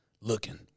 looking